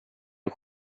att